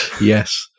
Yes